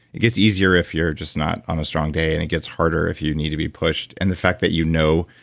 it gets easier if you're just not on a strong day, and it gets harder if you need to be pushed. and the fact that you know,